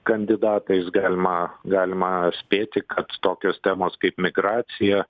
kandidatais galima galima spėti kad tokios temos kaip migracija